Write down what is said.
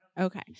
Okay